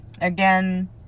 again